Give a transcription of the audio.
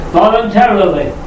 voluntarily